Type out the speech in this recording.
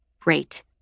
Great